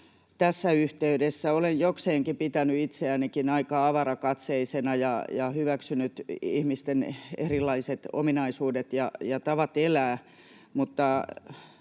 tässä yhteydessä. Olen jokseenkin pitänyt itseänikin aika avarakatseisena ja hyväksynyt ihmisten erilaiset ominaisuudet ja tavat elää, mutta